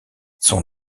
son